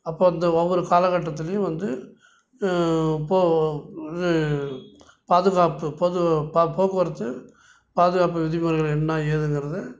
அப்போ அந்த ஒவ்வொரு காலக்கட்டத்துலேயும் வந்து இப்போது உடனே பாதுகாப்பு பொது பா போக்குவரத்து பாதுகாப்பு விதிமுறைகள் என்ன ஏதுங்கிறத